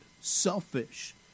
selfish